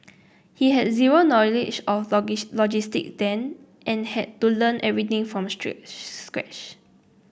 he had zero knowledge of logistics then and had to learn everything from stretch scratch